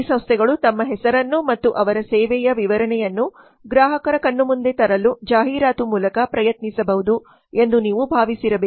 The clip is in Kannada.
ಈ ಸಂಸ್ಥೆಗಳು ತಮ್ಮ ಹೆಸರನ್ನು ಮತ್ತು ಅವರ ಸೇವೆಯ ವಿವರಣೆಯನ್ನು ಗ್ರಾಹಕರ ಕಣ್ಣ ಮುಂದೆ ತರಲು ಜಾಹೀರಾತು ಮೂಲಕ ಪ್ರಯತ್ನಿಸಬಹುದು ಎಂದು ನೀವು ಭಾವಿಸಿರಬೇಕು